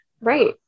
Right